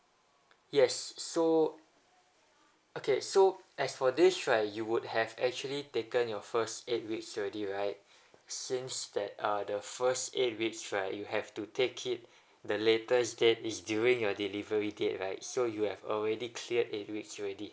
yes so okay so as for this right you would have actually taken your first eight weeks already right since that uh the first eight weeks right you have to take it the latest date is during your delivery date right so you have already cleared eight weeks already